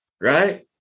Right